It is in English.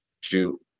shoot